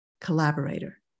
collaborator